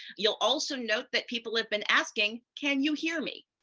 you'll also note that people have been asking, can you hear me?